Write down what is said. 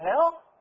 hell